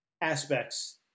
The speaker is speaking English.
aspects